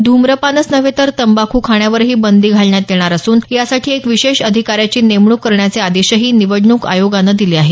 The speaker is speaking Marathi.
ध्म्रपानच नव्हे तर तंबाख् खाण्यावरही बंदी घालण्यात येणार असून यासाठी एका विशेष अधिकाऱ्याची नेमणूक करण्याचे आदेशही निवडणूक आयोगानं दिले आहेत